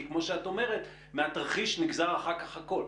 כי כמו שאת אומרת, מהתרחיש נגזר אחר כך הכול.